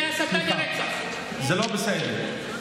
אתה לא שומע אותה?